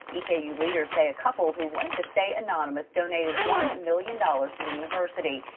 e k u leaders say a couple. who wanted to stay anonymous. donated one million dollars to the university.